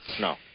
No